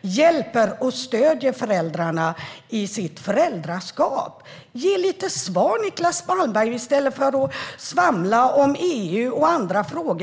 hjälper och stöder föräldrarna i föräldraskapet? Ge svar, Niclas Malmberg, i stället för att svamla om EU och andra frågor!